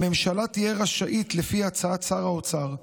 הממשלה תהיה רשאית, לפי הצעת שר האוצר,